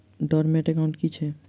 Dormant account की छैक?